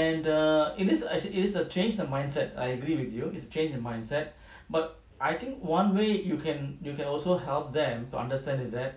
and err it is it is err change the mindset I agree with you is change the mindset but I think one way you can you can also help them to understand is that